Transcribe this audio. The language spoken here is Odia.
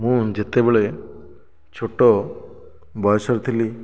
ମୁଁ ଯେତେବେଳେ ଛୋଟ ବୟସରେ ଥିଲି